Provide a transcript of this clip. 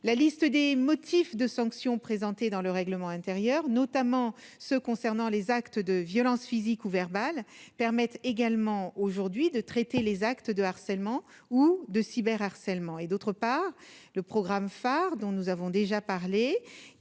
la liste des motifs de sanctions présentées dans le règlement intérieur, notamment ceux concernant les actes de violence physique ou verbale permettent également aujourd'hui de traiter les actes de harcèlement ou de cyber harcèlement et d'autre part, le programme phare dont nous avons déjà parlé